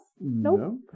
Nope